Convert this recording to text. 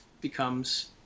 becomes